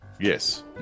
Yes